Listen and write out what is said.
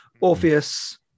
Orpheus